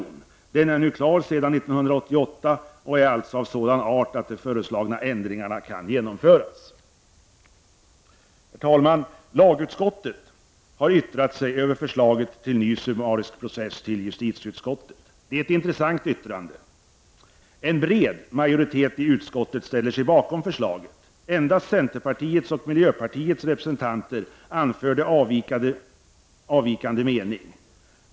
Denna nya or ganisation blev klar 1988 och är alltså av sådan art att de föreslagna ändringarna kan genomföras. Herr talman! Lagutskottet har till justitieutskottet lämnat ett yttrande rörande förslaget till ny summarisk process. Det är ett intressant yttrande. En bred majoritet i utskottet ställer sig bakom förslaget. Endast centerpartiets och miljöpartiets representanter anförde avvikande mening.